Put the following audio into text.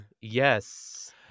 Yes